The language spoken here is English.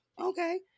Okay